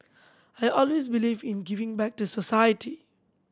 I always believe in giving back to society